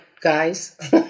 guys